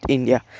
India